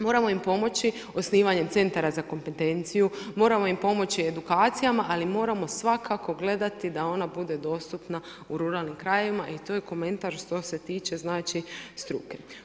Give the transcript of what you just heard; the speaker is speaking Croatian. Moramo im pomoći osnivanja centara za kompetenciju, moramo im pomoći edukacijama, ali moramo svakako gledati da ona bude dostupna u ruralnim krajevima i tu je komentar što se tiče struke.